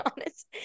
honest